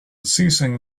seizing